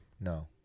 No